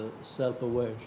self-aware